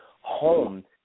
home